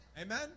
Amen